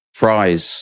fries